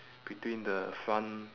between the front